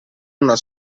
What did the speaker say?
una